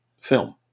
film